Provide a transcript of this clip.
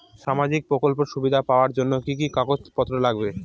সামাজিক প্রকল্পের সুবিধা পাওয়ার জন্য কি কি কাগজ পত্র লাগবে?